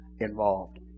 involved